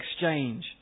exchange